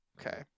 Okay